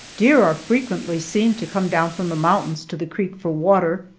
deer are frequently seen to come down from the mountains to the creek for water,